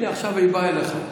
הינה, עכשיו היא באה אליך.